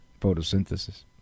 photosynthesis